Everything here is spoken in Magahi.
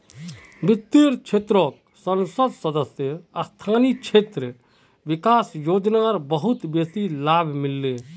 वित्तेर क्षेत्रको संसद सदस्य स्थानीय क्षेत्र विकास योजना बहुत बेसी लाभ मिल ले